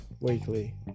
weekly